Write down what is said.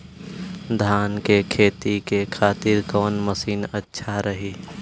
धान के खेती के खातिर कवन मशीन अच्छा रही?